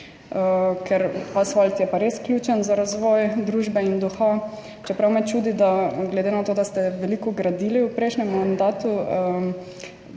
je asfalt pa res ključen za razvoj družbe in duha, čeprav me čudi, glede na to, da ste veliko gradili v prejšnjem mandatu,